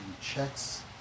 checks